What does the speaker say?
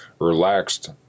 relaxed